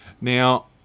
Now